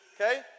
okay